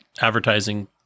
advertising